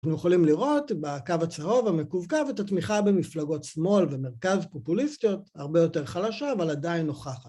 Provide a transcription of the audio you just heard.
אנחנו יכולים לראות בקו הצהוב המקווקו את התמיכה במפלגות שמאל ומרכז פופוליסטיות הרבה יותר חלשה אבל עדיין נוכחת